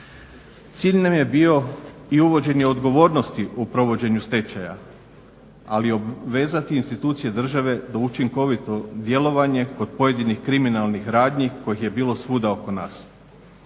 Cilj nam je bio i uvođenje odgovornosti u provođenju stečaja ali obvezati institucije države na učinkovito djelovanje kod pojedinih kriminalnih radnji kojih je bilo svuda oko nas.